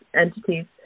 entities